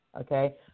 okay